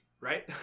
right